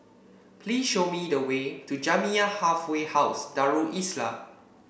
please show me the way to Jamiyah Halfway House Darul Islah